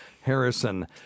Harrison